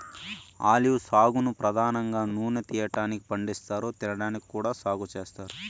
olive సాగును పధానంగా నూనె తీయటానికి పండిస్తారు, తినడానికి కూడా సాగు చేత్తారు